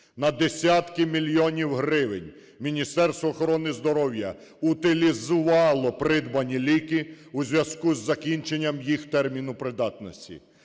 На десятки мільйонів гривень Міністерство охорони здоров'я утилізувало придбані ліки у зв'язку з закінченням їх терміну придатності.